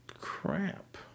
crap